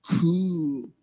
Cool